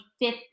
fifth